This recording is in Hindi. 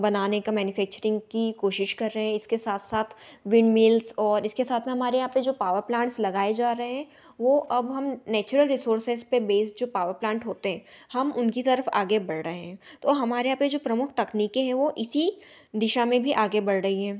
बनाने का मैनीफेक्चरिंग की कोशिश कर रहे इसके साथ साथ विंड मिल्स और इसके साथ में हमारे यहाँ पर जो पावर प्लांट्स लगाए जा रहे वो अब हम नेचुरल रिसोरसेस पर बेस्ड जो पावर प्लांट होते हम उनकी तरफ आगे बढ़ रहे हैं तो हमारे यहाँ पर जो प्रमुख तकनीकें हैं वो इसी दिशा में भी आगे बढ़ रही हैं